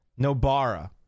Nobara